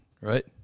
right